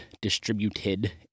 distributed